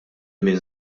min